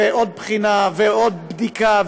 ועוד בחינה ועוד בדיקה,